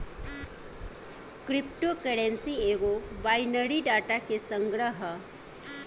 crypto currency एगो binary data के संग्रह ह